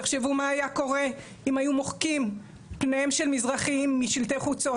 תחשבו מה היה קורה אם היו מוחקים פניהם של מזרחיים משלטי חוצות,